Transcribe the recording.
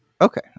Okay